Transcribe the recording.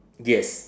yes